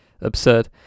Absurd